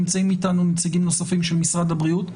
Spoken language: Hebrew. נמצאים איתנו נציגים נוספים של משרד הבריאות.